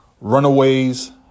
Runaways